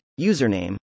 username